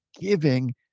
giving